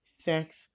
Sex